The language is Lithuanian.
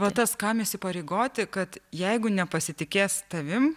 va tas kam įsipareigoti kad jeigu nepasitikės tavimi